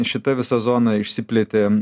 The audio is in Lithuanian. šita visa zona išsiplėtė